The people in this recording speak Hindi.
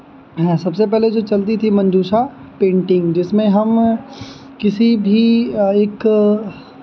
हैं सबसे पहले जो चलती थी मंजूषा पेन्टिंग जिसमें हम किसी भी एक